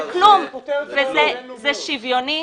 זה שוויוני,